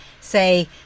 say